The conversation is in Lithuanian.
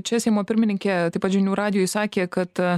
čia seimo pirmininkė taip pat žinių radijui sakė kad